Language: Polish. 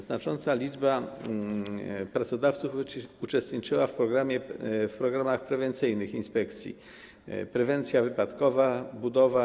Znacząca liczba pracodawców uczestniczyła w programach prewencyjnych inspekcji: „Prewencja wypadkowa”, „Budowa!